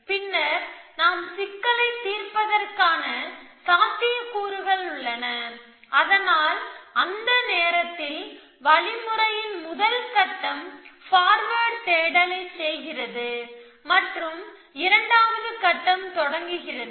பின்னர் நாம் சிக்கலைத் தீர்ப்பதற்கான சாத்தியக்கூறுகள் உள்ளன அதனால் அந்த நேரத்தில் வழிமுறையின் முதல் கட்டம் ஃபார்வேர்டு தேடல் மற்றும் இரண்டாவது கட்டம் தொடங்குகிறது